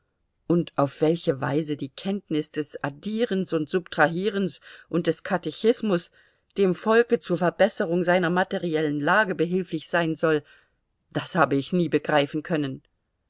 und auf welche weise die kenntnis des addierens und subtrahierens und des katechismus dem volke zur verbesserung seiner materiellen lage behilflich sein soll das habe ich nie begreifen können